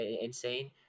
insane